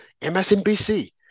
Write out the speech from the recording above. MSNBC